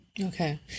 Okay